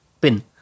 pin